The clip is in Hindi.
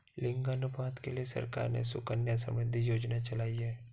लिंगानुपात के लिए सरकार ने सुकन्या समृद्धि योजना चलाई है